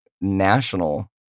national